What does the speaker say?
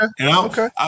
Okay